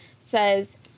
says